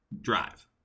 drive